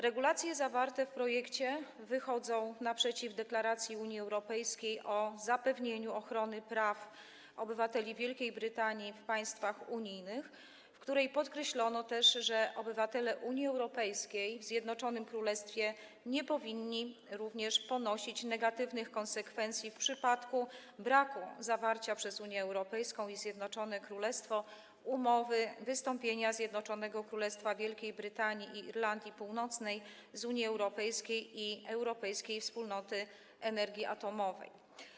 Regulacje zawarte w projekcie wychodzą naprzeciw deklaracji Unii Europejskiej o zapewnieniu ochrony praw obywateli Wielkiej Brytanii w państwach unijnych, w której podkreślono też, że obywatele Unii Europejskiej w Zjednoczonym Królestwie nie powinni również ponosić negatywnych konsekwencji w przypadku braku zawarcia przez Unię Europejską i Zjednoczone Królestwo umowy wystąpienia Zjednoczonego Królestwa Wielkiej Brytanii i Irlandii Północnej z Unii Europejskiej i Europejskiej Wspólnoty Energii Atomowej.